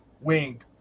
wink